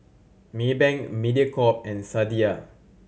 Maybank Mediacorp and Sadia